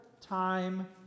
time